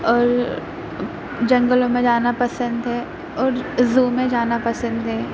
اور جنگلوں میں جانا پسند ہے اور زو میں جانا پسند ہے